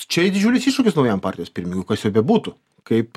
čia didžiulis iššūkis naujam partijos pirmininkui kas juo bebūtų kaip